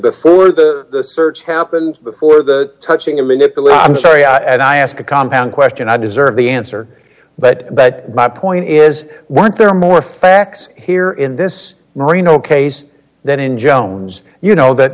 before the search happened before the touching and manipulate i'm sorry and i ask a compound question i deserve the answer but but my point is why aren't there more facts here in this moreno case that in jones you know th